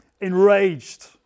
Enraged